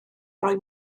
roi